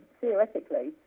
theoretically